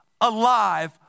alive